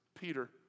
Peter